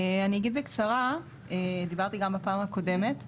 אני אגיד בקצרה, דיברתי גם בפעם הקודמת.